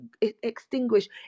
extinguish